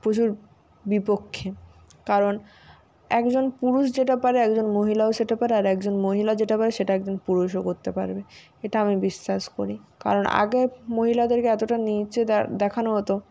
প্রচুর বিপক্ষে কারণ একজন পুরুষ যেটা পারে একজন মহিলাও সেটা পারে আর একজন মহিলা যেটা পারে সেটা একজন পুরুষও করতে পারবে এটা আমি বিশ্বাস করি কারণ আগে মহিলাদেরকে এতটা নিচে দেখানো হতো